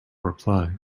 reply